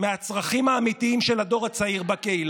ועדת מומחים שתבחן את הנושא לכנסת